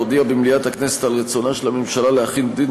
להודיע במליאת הכנסת על רצונה של הממשלה להחיל דין